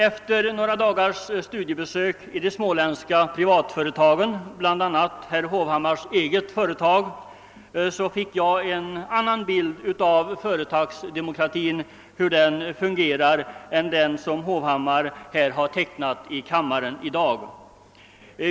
Efter några dagars studiebesök vid småländska privatföretag, bl.a. herr Hovhammars eget företag, fick jag en helt annan bild av hur företagsdemokrati fungerar än den som herr Hovhammar tecknat här i dag.